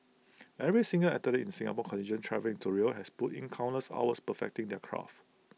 every single athlete in Singapore contingent travelling to Rio has put in countless hours perfecting their craft